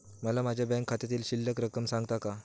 मला माझ्या बँक खात्यातील शिल्लक रक्कम सांगता का?